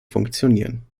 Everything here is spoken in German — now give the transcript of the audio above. funktionieren